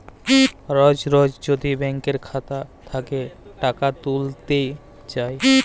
রজ রজ যদি ব্যাংকের খাতা থ্যাইকে টাকা ত্যুইলতে চায়